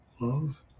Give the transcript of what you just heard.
love